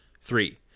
Three